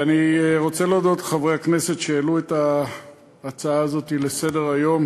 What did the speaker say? אני רוצה להודות לחברי הכנסת שהעלו את ההצעה הזאת לסדר-היום,